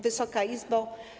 Wysoka Izbo!